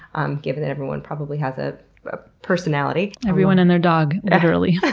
um given that everyone probably has a personality. everyone and their dog, literally.